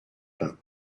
pins